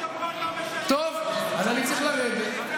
אז אני צריך לרדת.